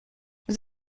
vous